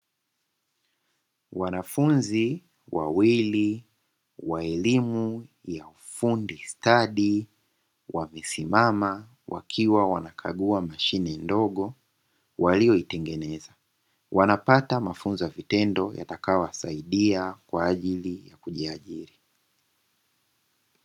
Wanafunzi wawili wa elimu ya ufundi stadi wamesimama wakiwa wanakagua mashine ndogo walioitengeneza; wanapata mafunzo ya vitendo yatakaowasaidia kwa ajili ya kujiajiri.